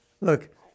look